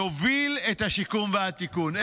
ויוביל את השיקום והתיקון.